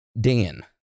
Dan